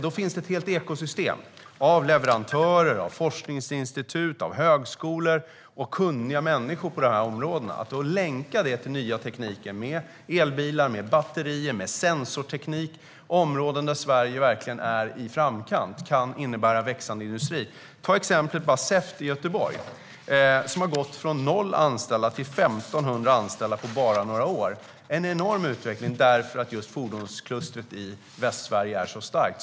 Det finns ett helt ekosystem av leverantörer, forskningsinstitut, högskolor och kunniga människor på dessa områden. Att då länka det till den nya tekniken med elbilar, batterier och sensorteknik - det är områden där Sverige verkligen är i framkant - kan innebära en växande industri. Ta exemplet Cevt i Göteborg, som har gått från noll anställda till 1 500 anställda på bara några år! Det är en enorm utveckling därför att just fordonsklustret i Västsverige är så starkt.